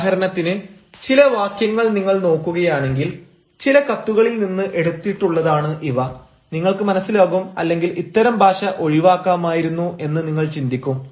ഉദാഹരണത്തിന് ചില വാക്യങ്ങൾ നിങ്ങൾ നോക്കുകയാണെങ്കിൽ ചില കത്തുകളിൽ നിന്ന് എടുത്തിട്ടുള്ളതാണ് ഇവ നിങ്ങൾക്ക് മനസ്സിലാകും അല്ലെങ്കിൽ ഇത്തരം ഭാഷ ഒഴിവാക്കാമായിരുന്നു എന്ന് നിങ്ങൾ ചിന്തിക്കും